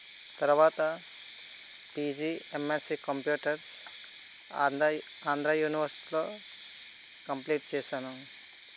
తర్వాత PG MSc computers ఆంధై ఆంధ్ర యూనివర్సిటీలో కంప్లీట్ చేశాను